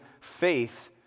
faith